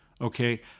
okay